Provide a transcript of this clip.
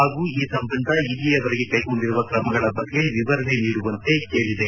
ಹಾಗೂ ಈ ಸಂಬಂಧ ಇಲ್ಲಿಯವರೆಗೆ ಕೈಗೊಂಡಿರುವ ಕ್ರಮಗಳ ಬಗ್ಗೆ ವಿವರಣೆ ನೀಡುವಂತೆ ಕೇಳಿದೆ